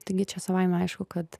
taigi čia savaime aišku kad